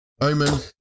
Omen